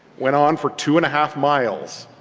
went on for two and a half miles.